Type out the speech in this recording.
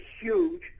huge